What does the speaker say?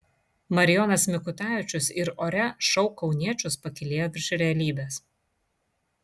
marijonas mikutavičius ir ore šou kauniečius pakylėjo virš realybės